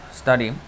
study